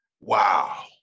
Wow